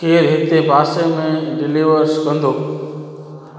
केरु हिते पासे में डिलीवर्स कंदो